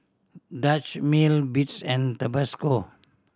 Dutch Mill Beats and Tabasco